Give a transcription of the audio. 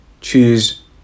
choose